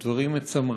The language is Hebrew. הם דברים מצמררים.